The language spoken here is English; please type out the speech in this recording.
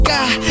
God